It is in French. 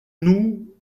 nous